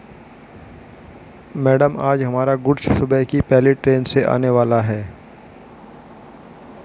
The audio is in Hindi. मैडम आज हमारा गुड्स सुबह की पहली ट्रैन से आने वाला है